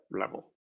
level